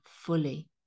fully